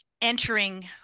entering